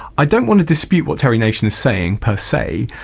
i don't want to dispute what terry nation is saying per se,